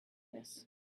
this